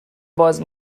باز